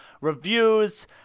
reviews